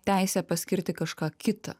teisę paskirti kažką kita